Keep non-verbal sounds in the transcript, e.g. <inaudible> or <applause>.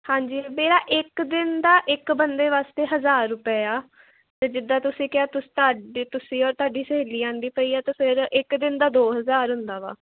ਹਾਂਜੀ ਮੇਰਾ ਇਕ ਦਿਨ ਦਾ ਇੱਕ ਬੰਦੇ ਵਾਸਤੇ ਹਜ਼ਾਰ ਰੁਪਏ ਆ ਅਤੇ ਜਿੱਦਾਂ ਤੁਸੀਂ ਕਿਹਾ ਤੁਸੀਂ <unintelligible> ਤੁਹਾਡੀ ਸਹੇਲੀ ਆਉਂਦੀ ਪਈ ਆ ਅਤੇ ਫਿਰ ਇੱਕ ਦਿਨ ਦਾ ਦੋ ਹਜ਼ਾਰ ਹੁੰਦਾ ਵਾ